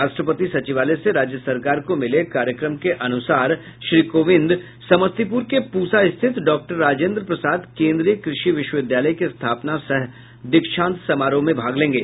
राष्ट्रपति सचिवालय से राज्य सरकार को मिले कार्यक्रम के अनुसार श्री कोविंद समस्तीपुर के पूसा स्थित डॉक्टर राजेंद्र प्रसाद केंद्रीय कृषि विश्वविद्यालय के स्थापना सह दीक्षांत समारोह में भाग लेंगे